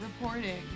reporting